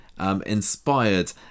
Inspired